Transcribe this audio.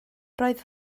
roedd